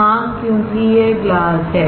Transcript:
हां क्योंकि यह ग्लास है